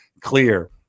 clear